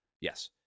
Yes